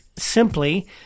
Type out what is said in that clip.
simply